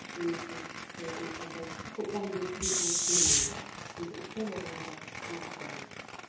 ᱩᱪᱩ ᱱᱤᱪᱩ ᱥᱮ ᱚᱱᱟ ᱠᱚᱨᱮ ᱫᱚ ᱠᱷᱩᱵ ᱜᱟᱱᱜᱮ ᱫᱷᱤᱨᱤ ᱠᱚ ᱧᱮᱞ ᱧᱟᱢᱚᱜᱼᱟ ᱠᱤᱱᱛᱩ ᱩᱛᱛᱚᱨ ᱵᱚᱝᱜᱚ ᱨᱮᱫᱚ ᱚᱱᱟ ᱠᱚᱫᱚ ᱵᱟᱝ